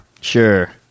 Sure